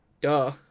Duh